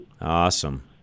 Awesome